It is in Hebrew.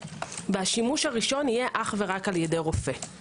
והשימוש הראשון יהיה רק על ידי רופא.